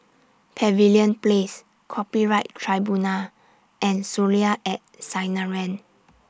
Pavilion Place Copyright Tribunal and Soleil At Sinaran